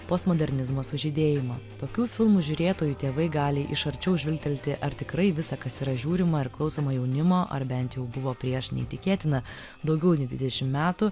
postmodernizmo sužydėjimą tokių filmų žiūrėtojų tėvai gali iš arčiau žvilgtelti ar tikrai visa kas yra žiūrima ar klausoma jaunimo ar bent jau buvo prieš neįtikėtina daugiau nei dvidešim metų